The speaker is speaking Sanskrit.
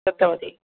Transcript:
दत्तवती